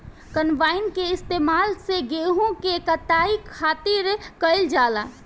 combine के इस्तेमाल से गेहूँ के कटाई खातिर कईल जाला